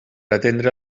atendre